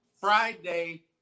Friday